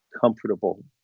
comfortable